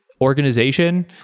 organization